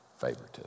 favoritism